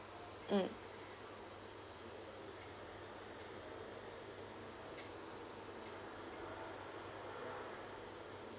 mm